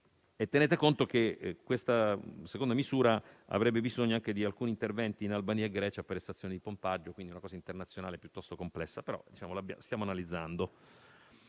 Tenete conto che questa seconda misura avrebbe bisogno anche di alcuni interventi in Albania e Grecia per le stazioni di pompaggio, quindi sarebbe un'operazione internazionale piuttosto complessa; però la stiamo analizzando.